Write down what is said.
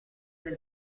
del